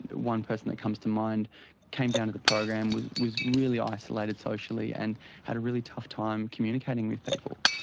one person that comes to mind came down to the program, was was really isolated socially and had a really tough time communicating with people.